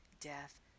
death